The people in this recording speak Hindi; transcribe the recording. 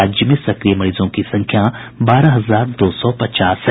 राज्य में सक्रिय मरीजों की संख्या बारह हजार दो सौ पचास है